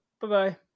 bye-bye